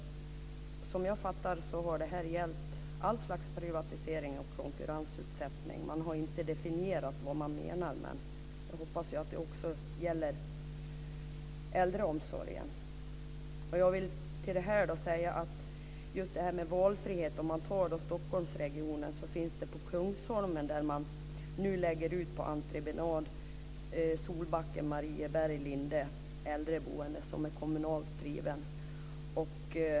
Som jag fattar det gällde det allt slags privatisering och konkurrensutsättning. Man har inte definierat vad man menar. Jag hoppas att det också gällde äldreomsorgen. Till detta vill jag säga något om valfrihet. Om vi tittar på Stockholmsregionen kan vi se att man på Kungsholmen nu lägger ut de kommunalt drivna äldreboendena Solbacken, Marieberg och Linden på entreprenad.